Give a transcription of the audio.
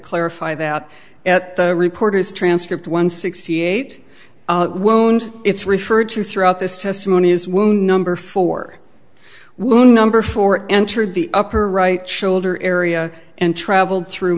clarify that at the reporter's transcript one sixty eight it's referred to throughout this testimony is wound number four we're number four entered the upper right shoulder area and traveled through